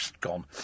Gone